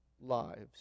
lives